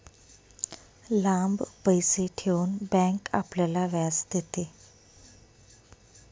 लांब पैसे ठेवून बँक आपल्याला व्याज देते